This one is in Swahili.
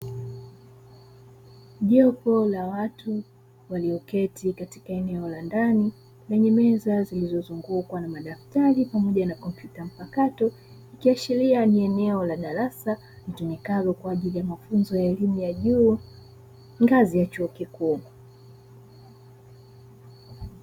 Jopo la watu walioketi katika eneo la ndani lenye meza zilizozungukwa na madaftari pamoja na kompyuta mpakato, ikiashiria ni eneo la darasa litumikalo kwa ajili ya mafunzo ya elimu ya juu ngazi ya chuo kikuu.